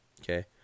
Okay